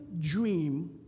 dream